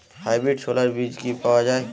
Hybrid ছোলার বীজ কি পাওয়া য়ায়?